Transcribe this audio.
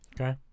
Okay